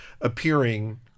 appearing